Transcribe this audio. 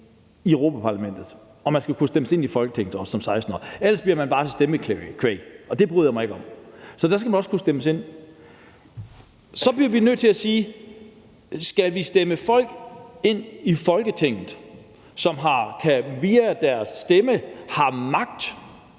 i Europa-Parlamentet, og man skal også kunne stemmes ind i Folketinget som 16-årig. Ellers bliver man bare til stemmekvæg, og det bryder jeg mig ikke om. Så der skal man også kunne stemmes ind. Så bliver vi nødt til at spørge: Skal vi stemme folk ind i Folketinget, som via deres stemme har magt